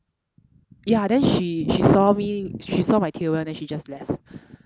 ya then she she saw me she saw my tear well then she just left